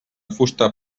fusta